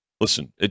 Listen